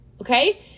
Okay